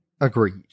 agreed